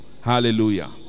Hallelujah